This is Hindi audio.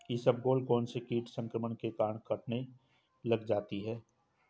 इसबगोल कौनसे कीट संक्रमण के कारण कटने लग जाती है?